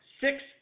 six